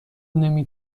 نمی